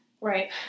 Right